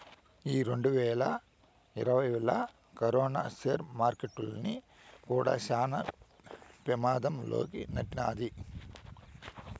ఈ రెండువేల ఇరవైలా కరోనా సేర్ మార్కెట్టుల్ని కూడా శాన పెమాధం లోకి నెట్టినాది